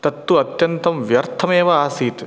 तत्तु अत्यन्तं व्यर्थमेव आसीत्